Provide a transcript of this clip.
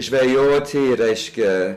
žvejoti reiškia